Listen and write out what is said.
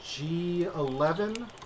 G11